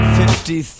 fifty